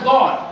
God